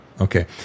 Okay